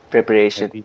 Preparation